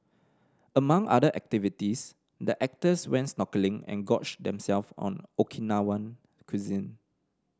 among other activities the actors went snorkelling and gorged them self on Okinawan cuisine